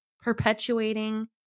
perpetuating